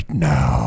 now